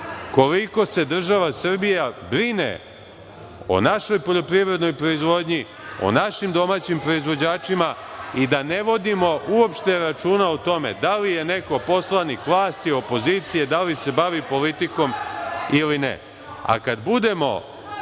koliko se država Srbija brine o našoj poljoprivrednoj proizvodnji, o našim domaćim proizvođačima i da ne vodimo uopšte računa o tome da li je neko poslanik vlasti, opozicije, da li se bavi politikom ili ne. Kad budemo